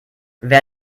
wer